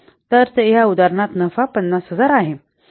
तर या उदाहरणात नफा 50000 आहे